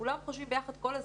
כולם חושבים ביחד כל הזמן.